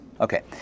Okay